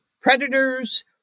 predators